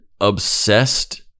obsessed